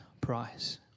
price